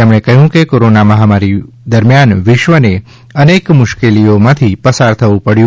તેમણે કહ્યું કે કોરોના મહામારી દરમિયાન વિશ્વને અનેક મુશ્કેલીઓથી પસાર થવું પડ્યું